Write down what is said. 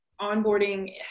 onboarding